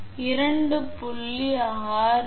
384 × 1 என்பது 1